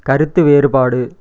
கருத்து வேறுபாடு